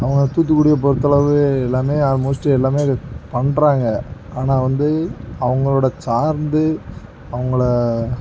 அவங்க தூத்துக்குடியை பொறுத்தளவு எல்லாமே ஆல்மோஸ்ட்டு எல்லாமே பண்ணுறாங்க ஆனால் வந்து அவங்களோட சார்ந்து அவங்கள